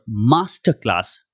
masterclass